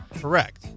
correct